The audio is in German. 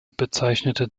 bezeichnete